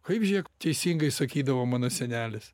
kaip žiūrėk teisingai sakydavo mano senelis